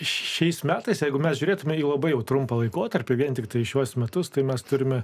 šiais metais jeigu mes žiūrėtumėme į labai jau trumpą laikotarpį vien tiktai šiuos metus tai mes turime